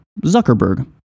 Zuckerberg